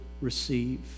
receive